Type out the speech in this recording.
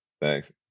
Thanks